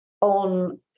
on